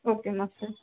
okay master